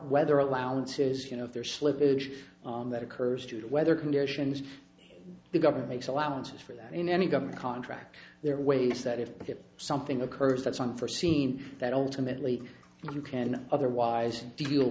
weather allowances you know if there slippage that occurs due to weather conditions the government makes allowances for that in any government contract there are ways that if something occurs that's one forseen that ultimately if you can otherwise deal